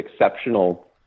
exceptional